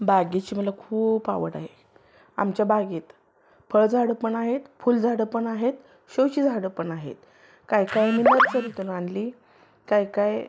बागेची मला खूप आवड आहे आमच्या बागेत फळझाडं पण आहेत फुलझाडं पण आहेत शोची झाडं पण आहेत काही काही मी नर्सरीतून आणली काय काय